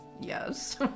Yes